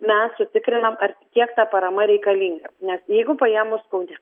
mes sutikrinam ar kiek ta parama reikalinga nes jeigu paėmus kaune